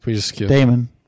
Damon